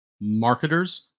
marketers